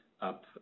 up